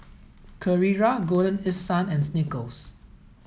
Carrera Golden East Sun and Snickers